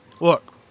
look